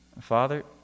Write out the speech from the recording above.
Father